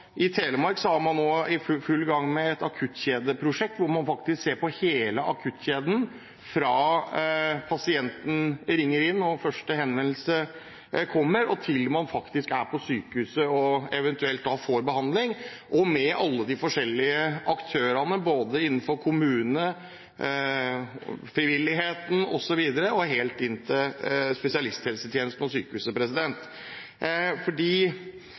I Telemark er man nå i full gang med et akuttkjedeprosjekt, hvor man ser på hele akuttkjeden – fra pasienten ringer inn og første henvendelse kommer, og til man er på sykehuset og eventuelt får behandling, og med alle de forskjellige aktørene innenfor både kommune, frivilligheten osv. og helt inn til spesialisthelsetjenesten på sykehuset – fordi